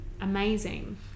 amazing